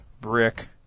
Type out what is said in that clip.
brick